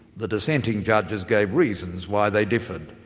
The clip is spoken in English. the dissenting judges gave reasons why they differed,